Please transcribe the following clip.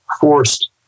forced